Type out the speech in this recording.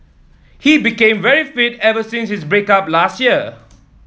he became very fit ever since his break up last year